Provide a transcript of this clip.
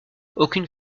aucune